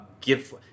give